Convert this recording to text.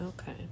Okay